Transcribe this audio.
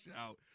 out